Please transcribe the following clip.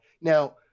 Now